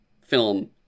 film